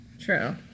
True